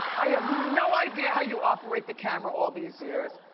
i have no idea how you operate the camera all these years.